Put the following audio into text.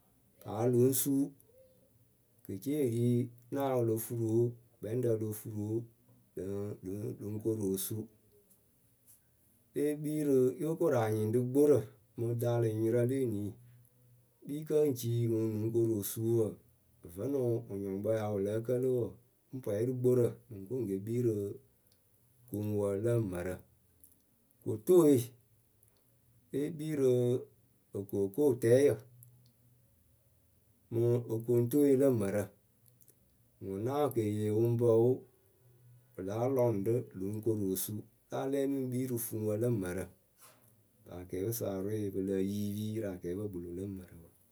paa lɨŋ suu Kece naa wɨ lo furu oo gbɛŋrǝ lo furu oo lɨŋ, lɨŋ koru osuu Lée kpii rɨ, yóo koru anyɩŋ rɨ gborǝ mɨ daalɨnyɩŋrǝ le enii, kpiikǝ ŋ cii ŋwʊ ŋ nɨŋ koru osuu wǝ Vǝ́nɨ wɨnyɔŋkpǝ wɩ ya wɨ lǝ́ǝ kǝlɨ wǝ, ŋ pwɛyɩ rɨ gborǝ mɨ ŋ ko ŋ ke kpii rɨ koŋwǝ lǝ mǝrǝ Kotooe lée kpii rɨ okookootɛɛyǝ. mɨ okoŋtooe lǝ mǝrǝ.,Ŋwʊ naa wɨ ke ye wɨ ŋ pǝ oo, wɨ láa lɔ ŋwɨ ɖɨ lɨŋ koru osuu, láa lɛ mɨ ŋ kpii rɨ fuŋ lǝ mǝrǝ.,Ŋpa akɛɛpǝ sa arʊɩ pɨ lǝ yiipii rɨ akɛɛpǝ lǝ mǝrǝ.